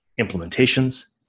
implementations